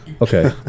okay